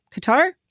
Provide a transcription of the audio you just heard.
Qatar